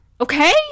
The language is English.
Okay